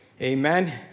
Amen